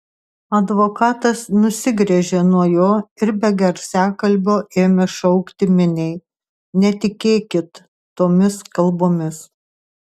advokatas nusigręžė nuo jo ir be garsiakalbio ėmė šaukti miniai netikėkit tomis kalbomis